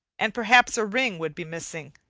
and perhaps a ring would be missing.